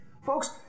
folks